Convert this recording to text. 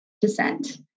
descent